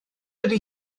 ydy